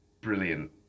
brilliant